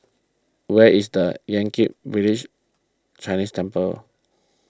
where is the Yan Kit Village Chinese Temple